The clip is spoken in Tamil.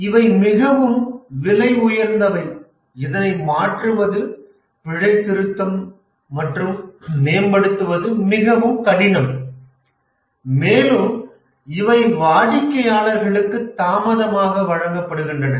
இவை மிகவும் விலை உயர்ந்தவை இதனை மாற்றுவது பிழைத்திருத்தம் மற்றும் மேம்படுத்துவது மிகவும் கடினம் மேலும் இவை வாடிக்கையாளர்களுக்கு தாமதமாக வழங்கப்படுகின்றன